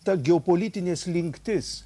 ta geopolitinė slinktis